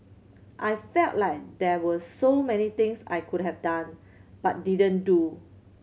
I felt like there were so many things I could have done but didn't do